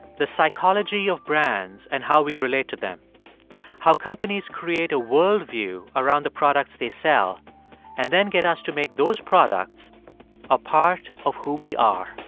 the psychology psychology of brands and how we relate to them how companies create a world view around the products they sell and then get us to make those products a part of who we are